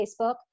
Facebook